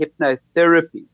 hypnotherapy